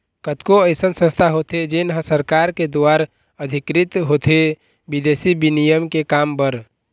कतको अइसन संस्था होथे जेन ह सरकार के दुवार अधिकृत होथे बिदेसी बिनिमय के काम बर